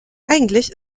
eigentlich